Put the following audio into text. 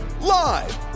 live